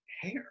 hair